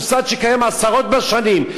מוסד שקיים עשרות בשנים.